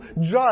judge